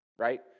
right